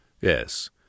Yes